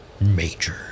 Major